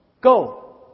Go